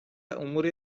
امور